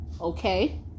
Okay